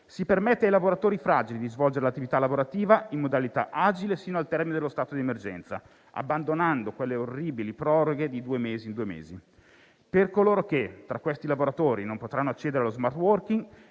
si permette ai lavoratori fragili di svolgere l'attività lavorativa in modalità agile sino al termine dello stato di emergenza, abbandonando quelle orribili proroghe di due mesi in due mesi. Per coloro che, tra questi lavoratori, non potranno accedere allo *smart working*